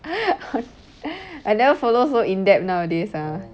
I never follow so in depth nowadays ah